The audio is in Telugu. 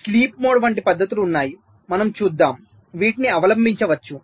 స్లీప్ మోడ్ వంటి పద్ధతులు ఉన్నాయి మనం చూద్దాం వీటిని అవలంబించవచ్చు